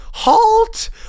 HALT